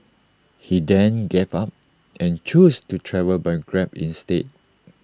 he then gave up and chose to travel by grab instead